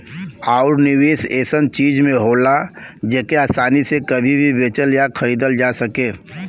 आउर निवेस ऐसन चीज में होला जेके आसानी से कभी भी बेचल या खरीदल जा सके